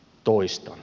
toistan